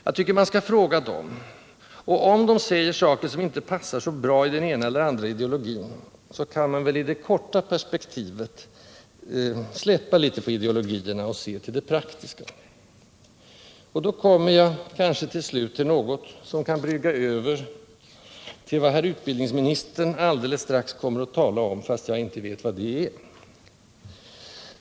Jag tycker man skall fråga dem, och om de säger saker som inte passar så bra i den ena eller andra ideologin, så kan man väl i det korta perspektivet släppa litet på ideologierna och se till det praktiska. Och då kommer jag kanske till slut till något som kan brygga över till vad herr utbildningsministern alldeles strax kommer att tala om, fastän jag inte vet vad det är.